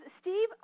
Steve